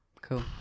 cool